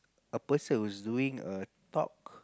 a person who's doing a top